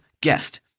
guest